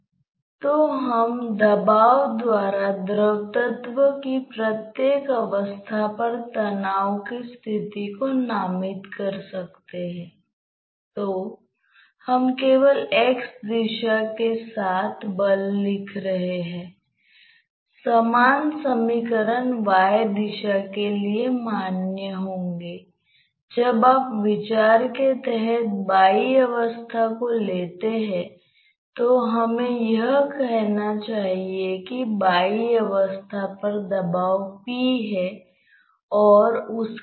तो यह एक बहुत ही काल्पनिक प्रकार की स्थिति नहीं है लेकिन जिस तरह से हम इस विशेष समस्या पर गौर करेंगे वह किसी भी विशिष्ट अनुप्रयोग से अलग है लेकिन मौलिक रूप से अधिक है कि इसके पीछे क्या हो सकता है